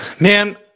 Man